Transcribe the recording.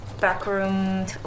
backroom